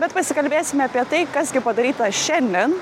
bet pasikalbėsime apie tai kas gi padaryta šiandien